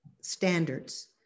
standards